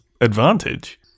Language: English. advantage